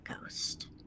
ghost